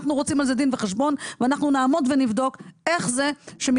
אנחנו רוצים על זה דין וחשבון ואנחנו נבדוק איך זה שמתרחשת,